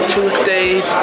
Tuesdays